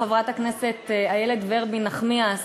חברת הכנסת איילת נחמיאס